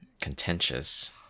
Contentious